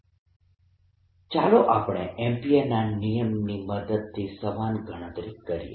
B0Kz2π 22zsec2θdθz2sec2x0K2xz0 ચાલો આપણે એમ્પીયરના નિયમની મદદથી સમાન ગણતરી કરીએ